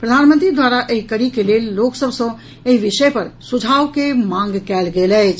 प्रधानमंत्री द्वारा एहि कड़ी के लेल लोक सभ सँ एहि विषय पर सुझाव के मांग कयल गेल अछि